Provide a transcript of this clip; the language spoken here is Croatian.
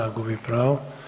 Gubi pravo.